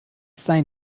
sein